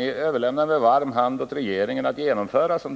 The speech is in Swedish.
Ni överlämnar med varm hand åt regeringen att genomföra era förslag,